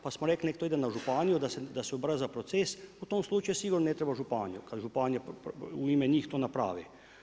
Pa smo rekli neka to ide na županiju da se ubrza proces u tom slučaju sigurno ne treba županija, kada županija u ime njih to napravi.